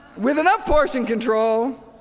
with enough portion control,